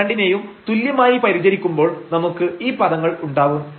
ഇവ രണ്ടിനെയും തുല്യമായി പരിചരിക്കുമ്പോൾ നമുക്ക് ഈ പദങ്ങൾ ഉണ്ടാവും